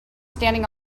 standing